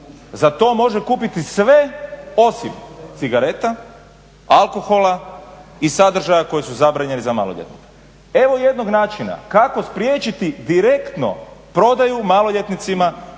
Za to može kupiti sve, osim cigareta, alkohola i sadržaja koji su zabranjeni za maloljetnike. Evo jednog načina kako spriječiti direktno prodaju maloljetnicima